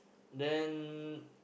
then